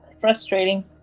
Frustrating